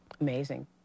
Amazing